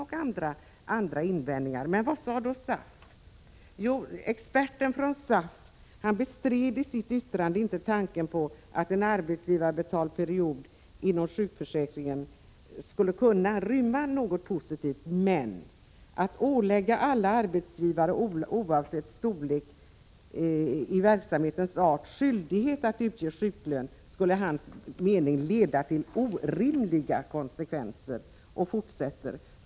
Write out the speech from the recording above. Men vad sade SAF? Experten från SAF bestred i sitt yttrande inte tanken på att en arbetsgivarbetald period inom sjukförsäkringen skulle kunna rymma något positivt. Men att ålägga alla arbetsgivare, oavsett verksamhetens storlek och art, skyldighet att utge sjuklön skulle enligt hans mening leda till orimliga konsekvenser.